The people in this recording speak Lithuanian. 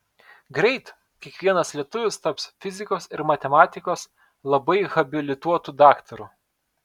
greit kiekvienas lietuvis taps fizikos ir matematikos labai habilituotu daktaru